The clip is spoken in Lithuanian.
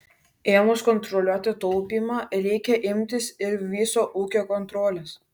ėmus kontroliuoti taupymą reikia imtis ir viso ūkio kontrolės